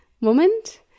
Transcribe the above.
moment